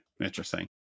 Interesting